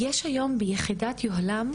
יש היום ביחידת יוהל"מ,